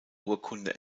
urkunde